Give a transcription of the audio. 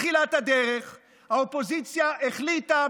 מתחילת הדרך האופוזיציה החליטה,